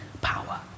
power